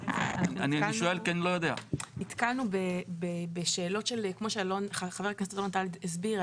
אנחנו עדכנו בשאלות כמו שחבר הכנסת אלון טל הסביר,